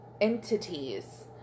entities